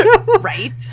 Right